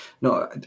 no